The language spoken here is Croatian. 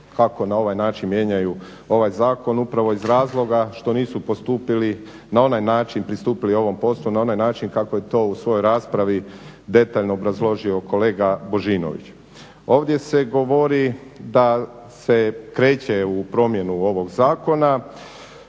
kako na ovaj način mijenjaju ovaj zakon upravo iz razloga što nisu postupili na onaj način i pristupili ovom poslu na onaj način kako je to u svojoj raspravi detaljno obrazložio kolega Božinović. Ovdje se govori da se kreće u promjenu ovog zakona.